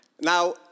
Now